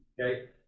okay